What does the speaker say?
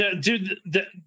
dude